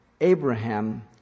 Abraham